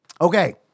Okay